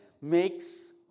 makes